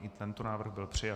I tento návrh byl přijat.